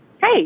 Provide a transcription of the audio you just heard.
Hey